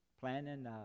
planning